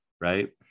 right